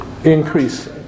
increase